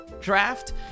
draft